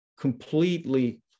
completely